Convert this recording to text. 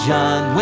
John